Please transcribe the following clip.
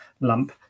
lump